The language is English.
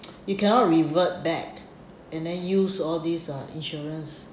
you cannot revert back and then use all these uh insurance